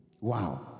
Wow